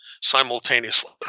simultaneously